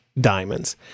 diamonds